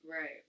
Right